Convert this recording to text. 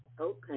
Okay